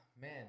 Man